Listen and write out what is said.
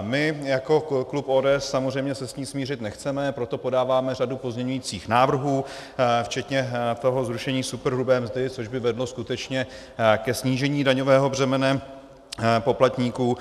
My jako klub ODS samozřejmě se s tím smířit nechceme, proto podáváme řadu pozměňovacích návrhů včetně zrušení superhrubé mzdy, což by vedlo skutečně ke snížení daňového břemene poplatníků.